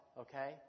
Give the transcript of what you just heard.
Okay